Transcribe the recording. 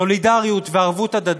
סולידריות וערבות הדדית.